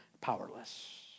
powerless